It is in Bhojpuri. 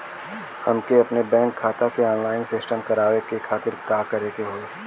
हमके अपने बैंक खाता के ऑनलाइन सिस्टम करवावे के खातिर का करे के होई?